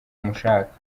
mushaka